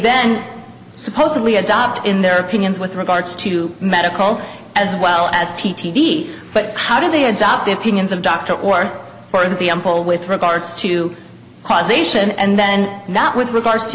then supposedly adopt in their opinions with regards to medical as well as t t v but how do they adopt opinions of dr or for example with regards to cause ation and then that with regards to